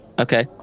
okay